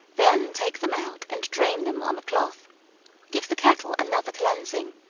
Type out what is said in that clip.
then take them out and drain them on a cloth give the kettle another cleansing,